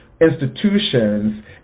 institutions